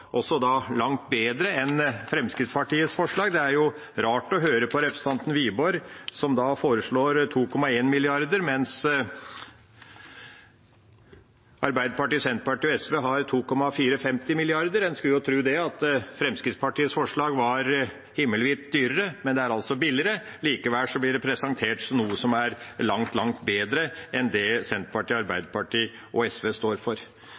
langt bedre enn Fremskrittspartiets forslag. Det er rart å høre på representanten Wiborg som foreslår 2,1 mrd. kr, mens Arbeiderpartiet, Senterpartiet og SV har 2,450 mrd. kr. Man skulle jo tro at Fremskrittspartiets forslag var himmelvidt dyrere, men det er altså billigere. Likevel blir det presentert som noe som er langt, langt bedre enn det Senterpartiet, Arbeiderpartiet og SV står for.